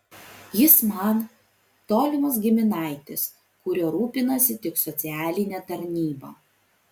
jis man tolimas giminaitis kuriuo rūpinasi tik socialinė tarnyba